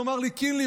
לומר לי: קינלי,